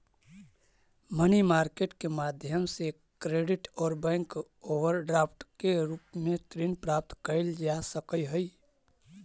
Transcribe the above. money market के माध्यम से क्रेडिट और बैंक ओवरड्राफ्ट के रूप में ऋण प्राप्त कैल जा सकऽ हई